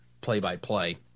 play-by-play